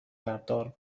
بردار